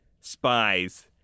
spies